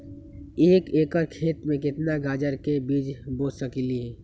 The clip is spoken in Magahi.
एक एकर खेत में केतना गाजर के बीज बो सकीं ले?